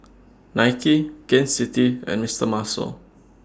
Nike Gain City and Mister Muscle